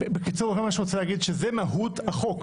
בקיצור, כל מה שאני רוצה להגיד, שזו מהות החוק.